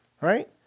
Right